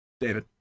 David